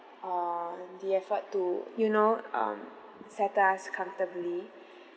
uh the effort to you know um settle us comfortably